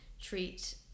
treat